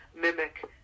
mimic